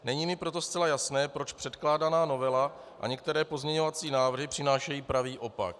Není mi proto zcela jasné, proč předkládaná novela a některé pozměňovací návrhy přinášejí pravý opak.